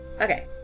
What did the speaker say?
okay